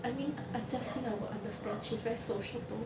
I mean jia xin I will understand she's very sociable